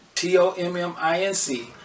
T-O-M-M-I-N-C